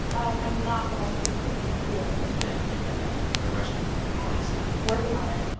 i'm not, but i hope to be soon do that. make that happen. go rescue one yeah. asap working on it ok.